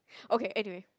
okay anyway